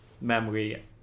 memory